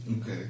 Okay